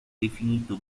definito